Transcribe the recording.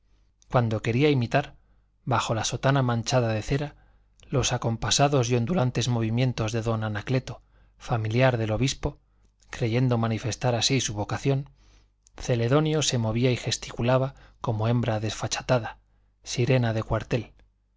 cuando quería imitar bajo la sotana manchada de cera los acompasados y ondulantes movimientos de don anacleto familiar del obispo creyendo manifestar así su vocación celedonio se movía y gesticulaba como hembra desfachatada sirena de cuartel